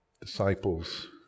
Disciples